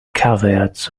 caveats